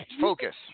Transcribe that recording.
focus